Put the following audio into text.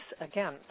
again